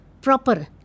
proper